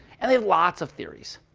and they have lots of theories.